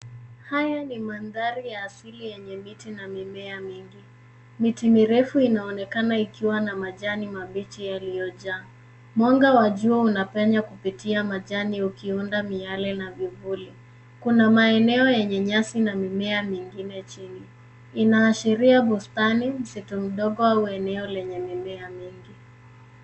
Haya ni mandhari ya asili yenye miti na mimea mingi. Miti mirefu inaonekana ikiwa na majani mabichi yaliyojaa. Mwanga wa jua unapenya kupitia majani ukiunda miale na vivuli. Kuna maeneo yenye nyasi na mimea mingine chini. Inaashiria bustani, msitu mdogo au eneo lenye mimea mingi.